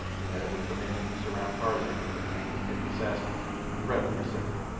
in that it would permit him to surround tarzan with a gang of picked assassins, he readily assented,